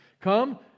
Come